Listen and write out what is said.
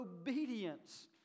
obedience